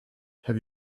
have